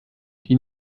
die